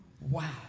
wow